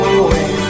away